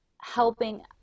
helping